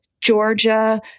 Georgia